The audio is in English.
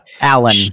Alan